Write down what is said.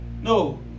no